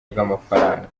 bw’amafaranga